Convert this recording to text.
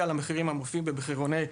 על המחירים המופיעים במחירוני הרכב,